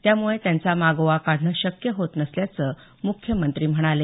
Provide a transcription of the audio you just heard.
त्यामुळे त्यांचा मागोवा काढणं शक्य होत नसल्याचं मुख्यमंत्री म्हणाले